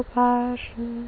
passion